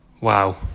Wow